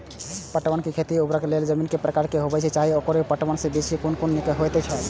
पटसन के खेती करबाक लेल जमीन के प्रकार की होबेय चाही आओर पटसन के बीज कुन निक होऐत छल?